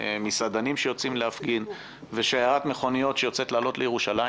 מסעדנים שיוצאים להפגין ושיירת מכוניות שמתארגנת לעלות לירושלים.